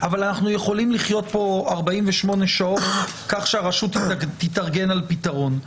אבל אנחנו יכולים לחיות פה 48 שעות כך שהרשות תתארגן על פתרון.